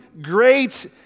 Great